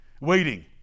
waiting